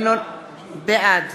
בעד